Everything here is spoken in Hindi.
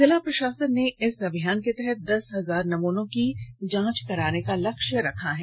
जिला प्रशासन ने इस अभियान के तहत दस हजार नमूनों की जांच करने का लक्ष्य रखा है